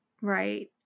Right